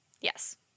Yes